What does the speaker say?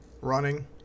Running